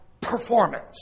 Performance